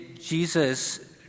Jesus